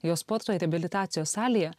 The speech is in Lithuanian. jo sporto ir reabilitacijos salėje